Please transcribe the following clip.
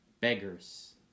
beggars